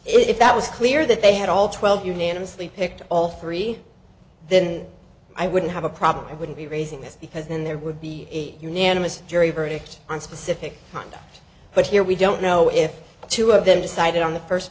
if that was clear that they had all twelve unanimously picked all three then i wouldn't have a problem i wouldn't be raising this because then there would be a unanimous jury verdict on specific conduct but here we don't know if two of them decided on the first